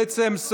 בעצם,